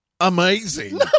amazing